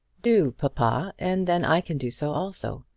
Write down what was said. do, papa, and then i can do so also.